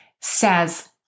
says